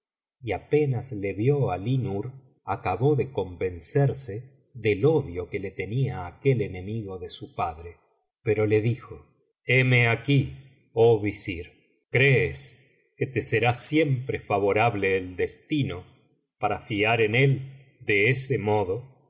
y apenas le vio alí nur acabó de convencerse del odio que le tenía aquel enemigo de su padre pero le dijo heme aquí oh visir crees que te será siempre favorable el destino para üar en él de ese modo